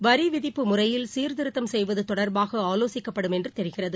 வரிவிதிப்பு முறையில் சீர்திருத்தம் செய்வது தொடர்பாக வரி ஆலோசிக்கப்படும் என்று தெரிகிறது